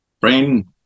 brain